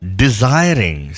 desiring